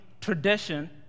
tradition